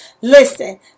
Listen